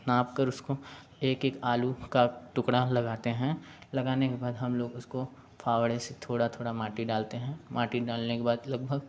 नाप कर उसको एक एक आलू का टुकड़ा लगाते हैं लगाने के बाद हम लोग उसको फावड़े से थोड़ा थोड़ा माटी डालते हैं माटी डालने के बाद लगभग